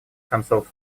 концов